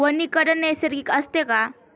वनीकरण नैसर्गिक असते का?